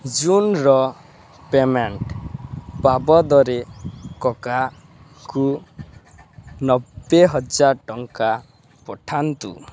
ଜୁନ୍ର payment ବାବଦରେ କକାଙ୍କୁ ନବେ ହଜାର ଟଙ୍କା ପଠାନ୍ତୁ